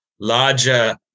larger